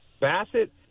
Bassett